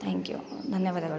thank you ಧನ್ಯವಾದಗಳು